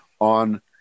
on